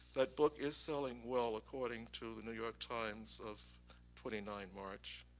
that book is selling well according to the new york times of twenty nine march.